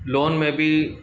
loan में बि